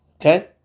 Okay